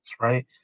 right